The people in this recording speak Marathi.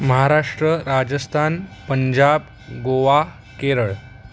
महाराष्ट्र राजस्थान पंजाब गोवा केरळ